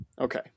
Okay